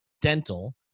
Dental